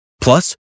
Plus